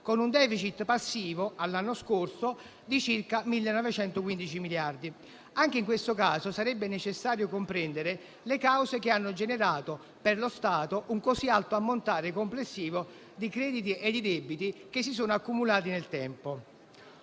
con un *deficit* passivo, all'anno scorso, di circa 1.915 miliardi. Anche in questo caso, sarebbe necessario comprendere le cause che hanno generato per lo Stato un così alto ammontare complessivo di crediti e debiti che si sono accumulati nel tempo.